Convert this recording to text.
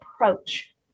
approach